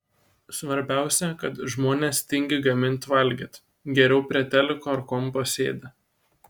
svarbiausia kad žmonės tingi gamint valgyt geriau prie teliko ar kompo sėdi